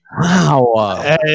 Wow